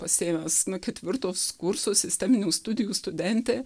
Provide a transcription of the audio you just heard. pasiėmęs nuo ketvirtos kurso sisteminių studijų studentė